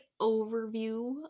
overview